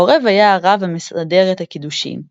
העורב היה הרב המסדר את הקדושין,